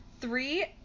three